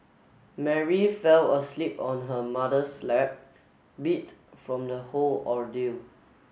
Mary fell asleep on her mother's lap beat from the whole ordeal